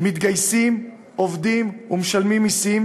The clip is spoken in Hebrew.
מתגייסים, עובדים ומשלמים מסים,